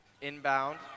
Inbound